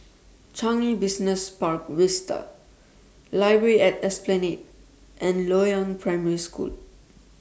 Changi Business Park Vista Library At Esplanade and Loyang Primary School